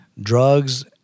drugs